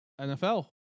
nfl